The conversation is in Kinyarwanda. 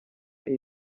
iyi